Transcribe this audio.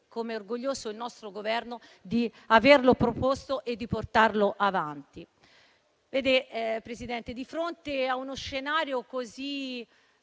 come è orgoglioso il nostro Governo di averlo proposto e di portarlo avanti. Signor Presidente, di fronte a uno scenario un